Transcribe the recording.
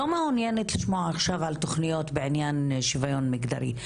אבל אני לא מעוניינת לשמוע עכשיו על תוכניות בעניין שוויון מגדרי.